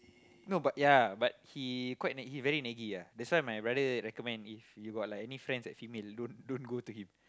no but ya but he quite naggy he very naggy ya that's why my brother recommend if you got like any friends that are female don't don't go to him